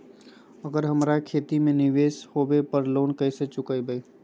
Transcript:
अगर हमरा खेती में निवेस होवे पर लोन कैसे चुकाइबे?